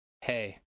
Hey